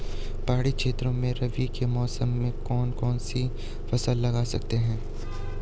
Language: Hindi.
पहाड़ी क्षेत्रों में रबी के मौसम में हम कौन कौन सी फसल लगा सकते हैं?